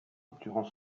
durant